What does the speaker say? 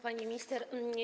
Pani Minister!